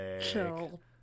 chill